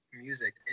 music